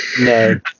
no